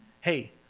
hey